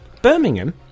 Birmingham